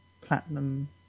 Platinum